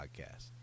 podcast